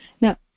Now